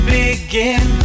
begin